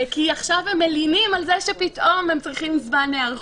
כי עכשיו הם מלינים על זה שפתאום הם צריכים זמן היערכות.